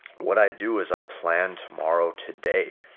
what i do is i plan tomorrow today.